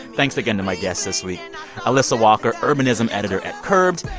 thanks again to my guests this week and alissa walker, urbanism editor at curbed,